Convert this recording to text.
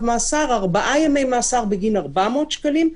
מאסר ארבעה ימי מאסר בגין 400 שקלים.